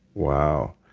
wow.